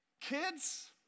kids